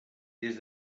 des